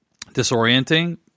disorienting